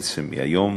מהיום.